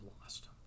lost